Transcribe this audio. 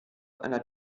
einer